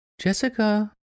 Jessica